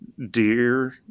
Deer